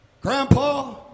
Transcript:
Grandpa